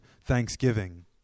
thanksgiving